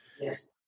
Yes